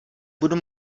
budu